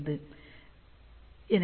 செய்கிறது எளிய